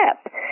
step